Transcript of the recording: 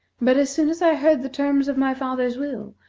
but as soon as i heard the terms of my father's will,